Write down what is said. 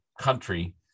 country